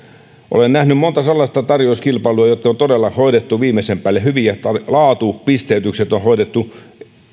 olen nähnyt monta sellaista tarjouskilpailua jotka on todella hoidettu viimeisen päälle hyvin ja laatupisteytykset on hoidettu